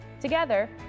Together